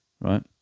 right